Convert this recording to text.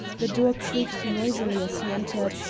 the door creaked noisily as he entered,